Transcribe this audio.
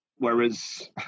Whereas